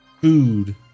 food